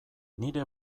nire